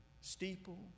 steeple